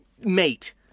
mate